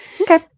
okay